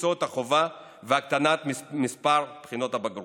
מקצועות החובה והקטנת מספר בחינות הבגרות.